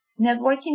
Networking